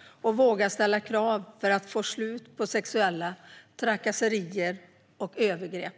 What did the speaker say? och vågar ställa krav för att få slut på sexuella trakasserier och övergrepp.